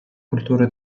культури